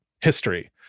history